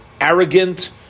arrogant